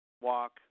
walk